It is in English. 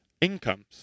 incomes